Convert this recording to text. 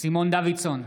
סימון דוידסון,